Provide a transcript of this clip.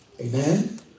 Amen